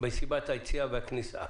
בסיבת היציאה והכניסה,